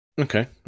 Okay